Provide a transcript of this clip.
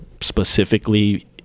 specifically